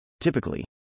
typically